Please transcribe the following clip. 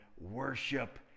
worship